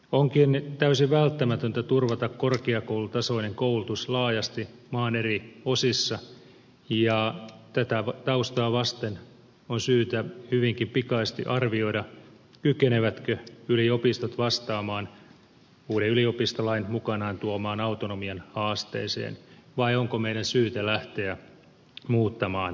onkin täysin välttämätöntä turvata korkeakoulutasoinen koulutus laajasti maan eri osissa ja tätä taustaa vasten on syytä hyvinkin pikaisesti arvioida kykenevätkö yliopistot vastaamaan uuden yliopistolain mukanaan tuoman autonomian haasteeseen vai onko meidän syytä lähteä muuttamaan yliopistolakia